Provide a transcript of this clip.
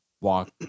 walk